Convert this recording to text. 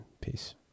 Peace